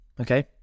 Okay